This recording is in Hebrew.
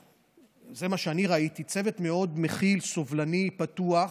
זה מה שאני ראיתי, צוות מאוד מכיל, סובלני, פתוח,